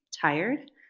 tired